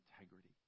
integrity